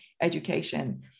education